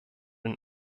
den